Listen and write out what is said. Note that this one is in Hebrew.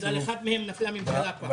בגלל אחד מהם נפלה ממשלה כבר.